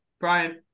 Brian